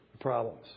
problems